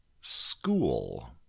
school